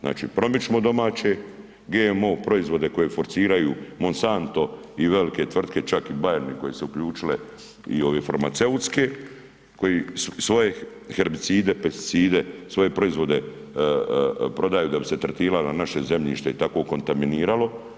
Znači promičemo domaće, GMO proizvode koji forsiraju Monsanto i velike tvrtke, čak i Bayer koji se uključile i ove farmaceutske koje svoje herbicide, pesticide, svoje proizvode prodaju da bi se tretirala naša zemljišta i tako kontaminiralo.